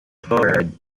chloride